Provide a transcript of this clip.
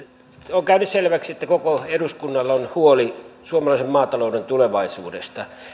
on käynyt selväksi että koko eduskunnalla on huoli suomalaisen maatalouden tulevaisuudesta